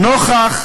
"נוכח